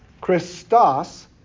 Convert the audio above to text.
Christos